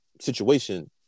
situation